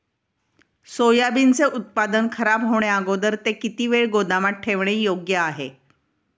सोयाबीनचे उत्पादन खराब होण्याअगोदर ते किती वेळ गोदामात ठेवणे योग्य आहे?